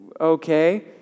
Okay